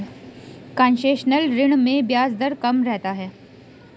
concessional ऋण में ब्याज दर कम रहता है